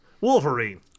wolverine